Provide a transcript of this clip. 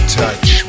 touch